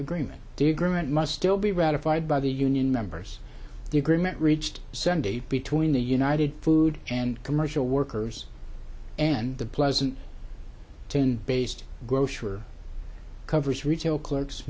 agreement day agreement must still be ratified by the union members the agreement reached sunday between the united food and commercial workers and the pleasant ten based grocer covers retail clerks